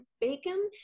bacon